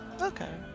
Okay